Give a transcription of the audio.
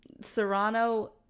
Serrano